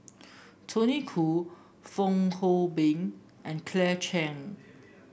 Tony Khoo Fong Hoe Beng and Claire Chiang